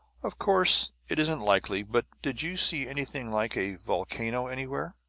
of course, it isn't likely, but did you see anything like a volcano anywhere?